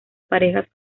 parejas